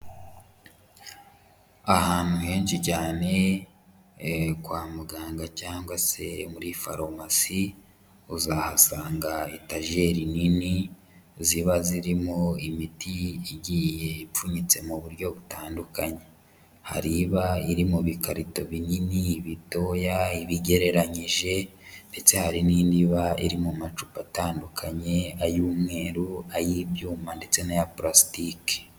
Ahantu henshi cyane kwa muganga cyangwa se muri farumasi, uzahasanga etajeri nini ziba zirimo imiti igiye ipfunyitse mu buryo butandukanye. Hariba iriri mubikarito binini, bitoya, ibigereranyije, ndetse hari n'indi iba iri mu macupa atandukanye; ay'umweru, ay'ibyuma ndetse n'aya purasitiki.